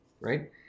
right